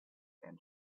and